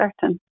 certain